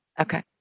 Okay